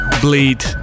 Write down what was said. Bleed